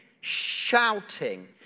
shouting